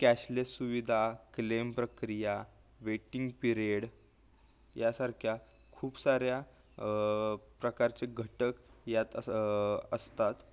cashless सुविधा claim प्रक्रिया waiting period यासारख्या खूप साऱ्या प्रकारचे घटक यात असतात